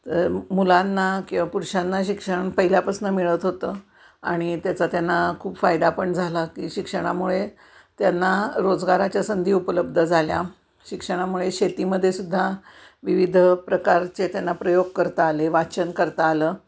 तर मुलांना किंवा पुरुषांना शिक्षण पहिल्यापासनं मिळत होतं आणि त्याचा त्यांना खूप फायदा पण झाला की शिक्षणामुळे त्यांना रोजगाराच्या संधी उपलब्ध झाल्या शिक्षणामुळे शेतीमध्ये सुद्धा विविध प्रकारचे त्यांना प्रयोग करता आले वाचन करता आलं